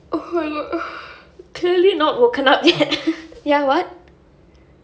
oh my god clearly not woken up yet ya what